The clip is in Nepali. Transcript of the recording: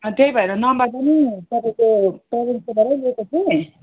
अँ त्यही भएर नम्बर पनि तपाईँको पेरेन्ट्सकोबाटै लिएको थिएँ